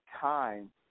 time